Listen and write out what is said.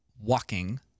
walking